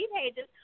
pages